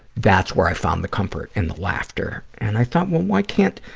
that's where i found the comfort and the laughter. and i thought, well, why can't,